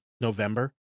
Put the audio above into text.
November